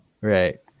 Right